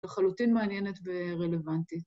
‫לחלוטין מעניינת ורלוונטית.